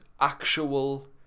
actual